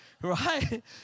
right